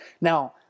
Now